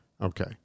Okay